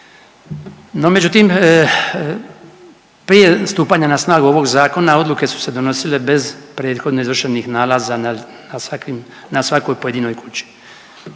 No, međutim prije stupanja na snagu ovog zakona odluke su se donosile bez prethodno izvršenih nalaza na svakim, na svakoj pojedinoj kući.